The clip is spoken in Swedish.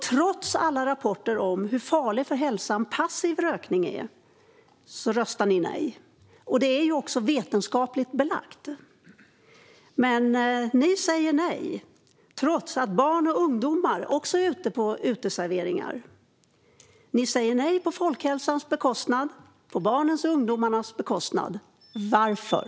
Trots alla rapporter om hur farlig för hälsan passiv rökning är, vilket också är vetenskapligt belagt, röstar ni nej. Ni säger nej, trots att även barn och ungdomar finns på uteserveringar. Ni säger nej på folkhälsans bekostnad och på barnens och ungdomarnas bekostnad. Varför?